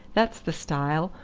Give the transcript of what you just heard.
that's the style.